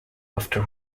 after